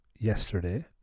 yesterday